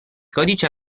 codice